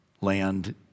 land